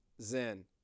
zen